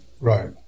Right